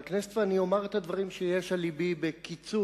הכנסת ואומר את הדברים שיש על לבי בקיצור,